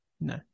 No